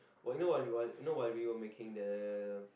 you know you know while we were making the